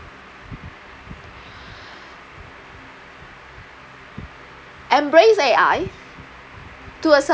embrace A_I to a certain